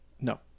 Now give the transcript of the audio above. No